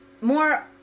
more